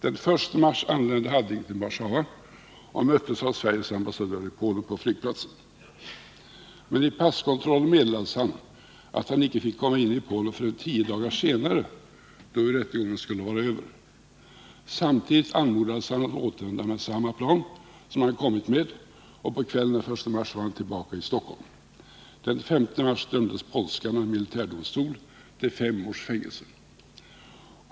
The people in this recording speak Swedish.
Den 1 mars anlände Hadding till Warszawa och möttes på flygplatsen av Sveriges ambassadör i Polen. Men i passkontrollen meddelades han att han icke fick komma in i Polen förrän tio dagar senare, då ju rättegången skulle vara över. Samtidigt anmodades han att återvända med samma plan som han kommit med, och på kvällen den 1 mars var han tillbaka i Stockholm. Den 5 mars dömdes polskan av en militärdomstol! till fem års fängelse.